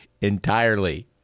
entirely